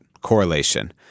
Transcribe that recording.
correlation